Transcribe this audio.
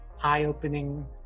eye-opening